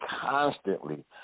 constantly